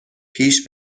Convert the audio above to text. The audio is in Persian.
پیش